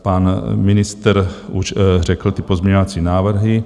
Pan ministr už řekl ty pozměňovací návrhy.